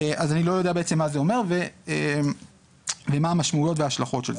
אז אני לא יודע בעצם מה זה אומר ומה הן המשמעויות וההשלכות של זה.